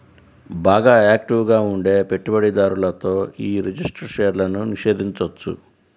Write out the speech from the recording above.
బాగా యాక్టివ్ గా ఉండే పెట్టుబడిదారులతో యీ రిజిస్టర్డ్ షేర్లను నిషేధించొచ్చు